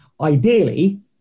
ideally